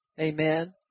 amen